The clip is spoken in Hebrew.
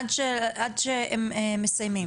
עד שהם מסיימים.